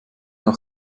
auch